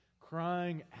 crying